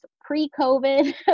pre-COVID